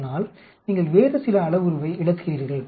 ஆனால் நீங்கள் வேறு சில அளவுருவை இழக்கிறீர்கள்